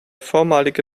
vormalige